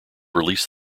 released